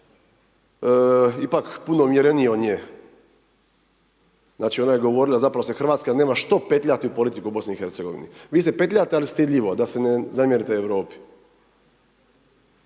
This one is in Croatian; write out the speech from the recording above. ipak puno umjereniji od nje. Znači ona je govorila, zapravo se Hrvatska nema što petljati u politiku BiH-a. Vi se petljate ali stidljivo da se ne zamjerite Europi.